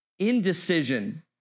indecision